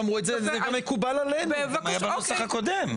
זה מקובל גם עלינו בנוסח הקודם.